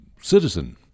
citizen